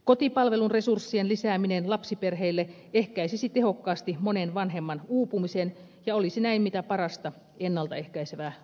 kotipalvelun resurssien lisääminen lapsiperheille ehkäisisi tehokkaasti monen vanhemman uupumisen ja olisi näin mitä parasta ennalta ehkäisevää lastensuojelutyötä